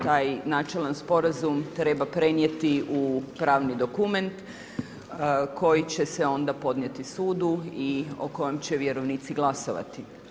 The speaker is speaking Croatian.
Taj načelan sporazum treba prenijeti u pravni dokument koji će se onda podnijeti sudu i o kojem će vjerovnici glasovati.